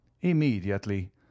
Immediately